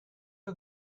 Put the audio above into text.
are